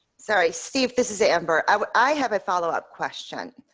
sorry, see if this is amber i have a follow up question.